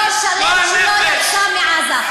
דור שלם שלא מכיר את, מחוץ לעזה.